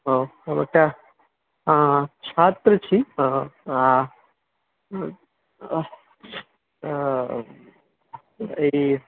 ओ तऽ हँ छात्र छी आ ई